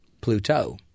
Pluto